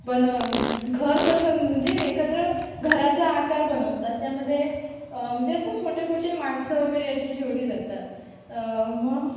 बनं घर कसं म्हणजे एखादं घराचा आकार बनवतात त्यामध्ये म्हणजे असं खोटे खोटे माणसं वगैरे अशी ठेवली जातात मग